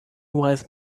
wife